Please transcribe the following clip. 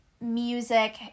music